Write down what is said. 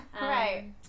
Right